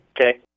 Okay